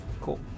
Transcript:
Cool